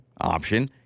option